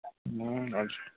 हजुर